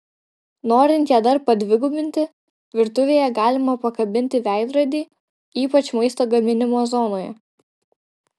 norint ją dar padvigubinti virtuvėje galima pakabinti veidrodį ypač maisto gaminimo zonoje